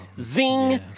Zing